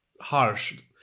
harsh